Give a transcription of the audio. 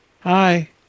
Hi